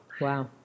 Wow